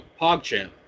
pogchamp